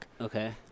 Okay